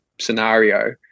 scenario